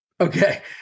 Okay